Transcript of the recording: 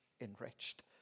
enriched